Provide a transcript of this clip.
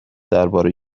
درباره